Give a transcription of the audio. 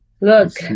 look